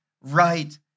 right